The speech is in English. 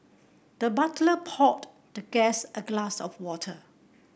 the butler poured the guest a glass of water